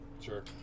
Sure